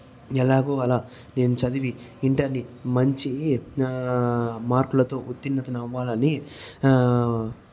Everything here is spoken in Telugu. ఎలాగో అలా నేను చదివి ఇంటర్ ని మంచి మార్కులతో ఉత్తీర్ణతనవ్వాలని నేను